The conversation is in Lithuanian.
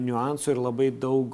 niuansų ir labai daug